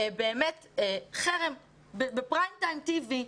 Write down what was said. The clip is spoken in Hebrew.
ובו היה חרם בפריים טיים בטלוויזיה,